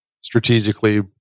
strategically